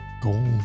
gold